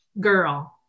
girl